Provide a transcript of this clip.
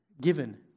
given